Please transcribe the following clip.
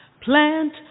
Plant